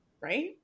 Right